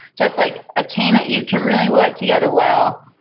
just like attain that you can really work together well,